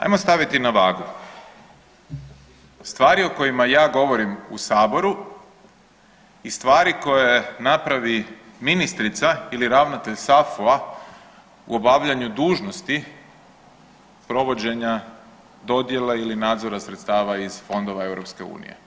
Ajmo staviti na vagu, stvari o kojima ja govorim u saboru i stvari koje napravi ministrica ili ravnatelj SAFU-a u obavljanju dužnosti provođenja dodjela ili nadzora sredstava iz fondova EU.